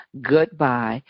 goodbye